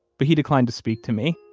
but he declined to speak to me.